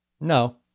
No